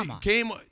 came